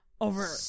Over